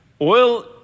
Oil